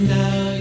now